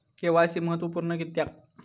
KYC महत्त्वपुर्ण किद्याक?